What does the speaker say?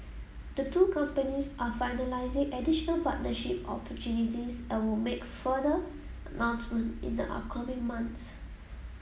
the two companies are finalising additional partnership opportunities and will make further announcement in the upcoming months